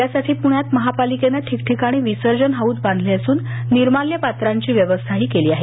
यासाठी पृण्यात महापलिकेनं ठिकठिकाणी विसर्जन हौद बांधले असून निर्माल्य पात्रांची व्यवस्था केली आहे